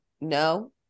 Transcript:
no